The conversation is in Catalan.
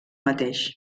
mateix